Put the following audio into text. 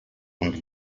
und